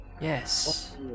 Yes